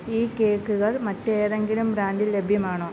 ഈ കേക്കുകൾ മറ്റേതെങ്കിലും ബ്രാൻഡിൽ ലഭ്യമാണോ